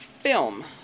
film